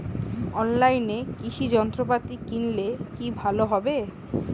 অনলাইনে কৃষি যন্ত্রপাতি কিনলে কি ভালো হবে?